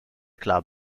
club